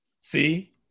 See